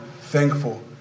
thankful